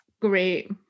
great